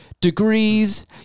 degrees